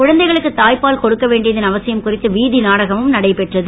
குழந்தைகளுக்கு தாய்பால் கொடுக்க வேண்டியதன் அவசியம் குறித்து வீதி நாடகமும் நடைபெற்றது